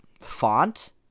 font